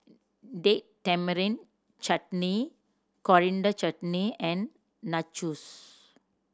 Date Tamarind Chutney Coriander Chutney and Nachos